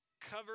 cover